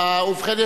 ובכן,